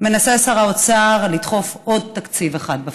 מנסה שר האוצר לדחוף עוד תקציב אחד בפתח.